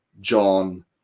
John